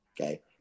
Okay